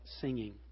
singing